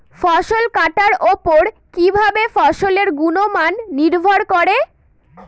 ফসল কাটার উপর কিভাবে ফসলের গুণমান নির্ভর করে?